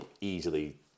easily